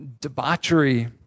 debauchery